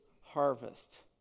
harvest